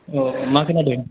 औ मा खोनादों